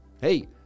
Hey